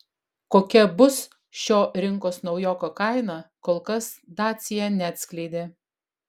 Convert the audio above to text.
kokia bus šio rinkos naujoko kaina kol kas dacia neatskleidė